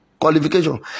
qualification